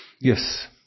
Yes